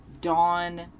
Dawn